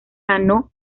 ganó